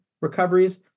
recoveries